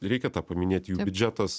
reikia tą paminėt jų biudžetas